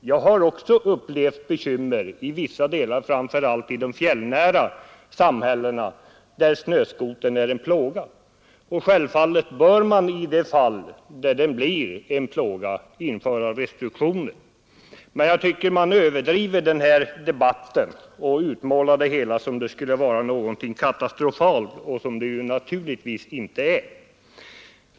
Jag har också upplevt bekymmer i vissa områden, framför allt i de fjällnära samhällena, där snöskotern är en plåga. Givetvis bör man i de fall där den blir en plåga införa restriktioner, men jag tycker att man överdriver den här debatten och utmålar det hela som om det skulle vara någonting katastrofalt, vilket det naturligtvis inte är.